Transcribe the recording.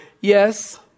yes